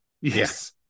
Yes